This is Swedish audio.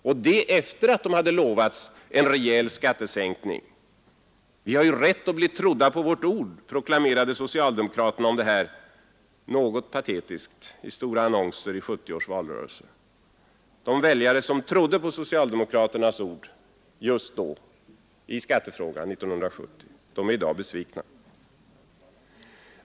Och detta efter att ha lovats en rejäl skattesänkning: ”Vi har rätt att bli trodda på vårt ord”, proklamerade socialdemokraterna en aning patetiskt i stora annonser i 1970 års valrörelse. De väljare som trodde på socialdemokraternas ord i skattefrågan 1970 är i dag besvikna.